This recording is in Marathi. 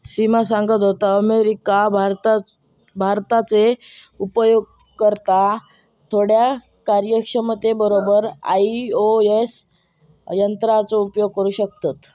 सिमा सांगत होता, अमेरिका, भारताचे उपयोगकर्ता थोड्या कार्यक्षमते बरोबर आई.ओ.एस यंत्राचो उपयोग करू शकतत